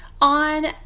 on